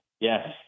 Yes